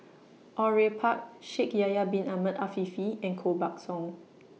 Au Yue Pak Shaikh Yahya Bin Ahmed Afifi and Koh Buck Song